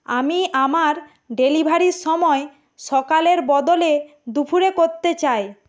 আমি আমার ডেলিভারির সময় সকালের বদলে দুপুরে করতে চাই